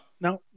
Now